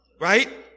Right